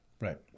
Right